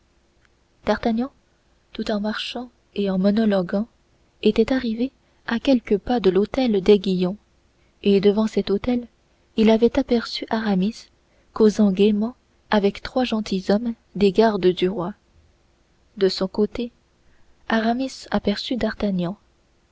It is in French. d'artagnan tout en marchant et en monologuant était arrivé à quelques pas de l'hôtel d'aiguillon et devant cet hôtel il avait aperçu aramis causant gaiement avec trois gentilshommes des gardes du roi de son côté aramis aperçut d'artagnan